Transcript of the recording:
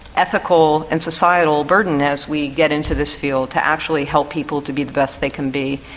ethical and societal burden as we get into this field to actually help people to be the best they can be.